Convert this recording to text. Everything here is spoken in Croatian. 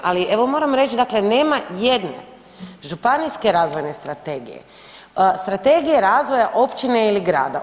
Ali evo moram reći dakle nema ni jedne županijske razvojne strategije, strategije razvoja općine ili grada.